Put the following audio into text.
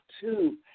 two